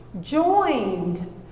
joined